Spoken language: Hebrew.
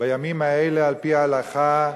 בימים האלה, על-פי ההלכה,